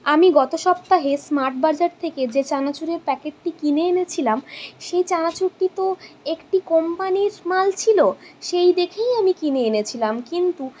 আমি গত সপ্তাহে স্মার্ট বাজার থেকে যে চানাচুরের প্যাকেটটি কিনে এনেছিলাম সেই চানাচুরটি তো একটি কোম্পানির মাল ছিল সেই দেখেই আমি কিনে এনেছিলাম কিন্তু